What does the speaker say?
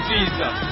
Jesus